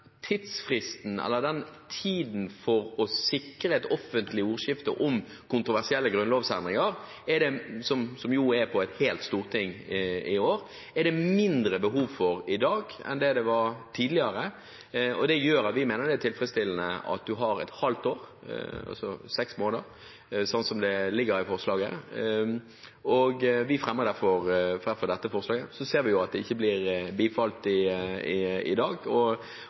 for å sikre et offentlig ordskifte om kontroversielle grunnlovsendringer, som tar et helt storting nå, er det mindre behov for i dag enn det var tidligere. Det gjør at vi mener det er tilfredsstillende at man har et halvt år, altså seks måneder, som det ligger i forslaget. Vi fremmer derfor dette forslaget. Vi ser at det ikke blir bifalt i dag, og jeg hørte også representanten Jette Christensen bruke den klassiske konservative inngangen: Vi synes det er greit slik som det er i dag,